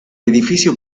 edificio